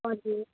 हजुर